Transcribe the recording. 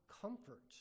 comfort